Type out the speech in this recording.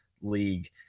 league